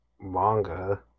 Manga